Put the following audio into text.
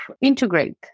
integrate